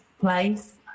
place